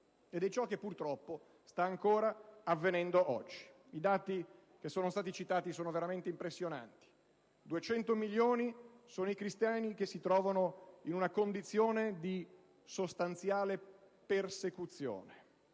ed è ciò che purtroppo sta ancora avvenendo oggi. I dati che sono stati citati sono veramente impressionanti. Duecento milioni sono i cristiani che si trovano in una condizione di sostanziale persecuzione.